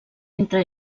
entre